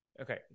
Okay